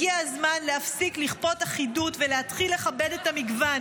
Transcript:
הגיע הזמן להפסיק לכפות אחידות ולהתחיל לכבד את המגוון,